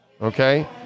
Okay